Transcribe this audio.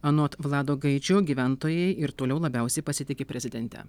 anot vlado gaidžio gyventojai ir toliau labiausiai pasitiki prezidente